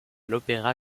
l’opéra